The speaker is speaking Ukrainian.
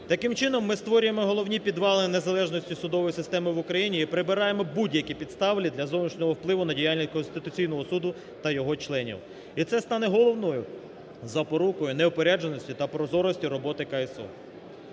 Таким чином ми створюємо головні підвалини незалежності судової системи в Україні і прибираємо будь-які підстави для зовнішнього впливу на діяльність Конституційного Суду та його членів. І це стане головною запорукою неупередженості та прозорості роботи КСУ.